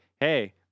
hey